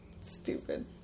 Stupid